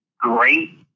great